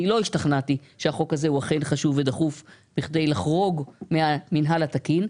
אני לא השתכנעתי שהחוק הזה הוא אכן חשוב ודחוף כדי לחרוג מהמינהל התקין.